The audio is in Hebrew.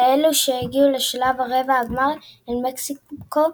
ואלו שהגיעו לשלב רבע הגמר הן מקסיקו,